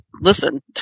listen